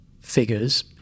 figures